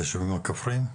ביישובים הכפריים?